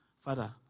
Father